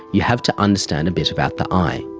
you have to understand a bit about the eye.